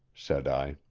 said i.